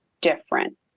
different